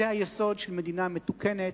זה היסוד של מדינה מתוקנת,